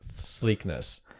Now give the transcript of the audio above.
sleekness